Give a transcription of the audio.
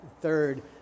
Third